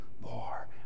more